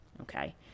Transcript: Okay